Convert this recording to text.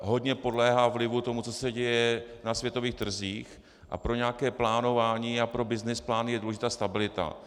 Hodně podléhá vlivu toho, co se děje na světových trzích, a pro nějaké plánování a pro byznysplán je důležitá stabilita.